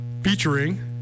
featuring